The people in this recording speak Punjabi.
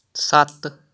ਸੱਤ